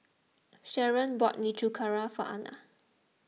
Sharon bought Nikujaga for Ana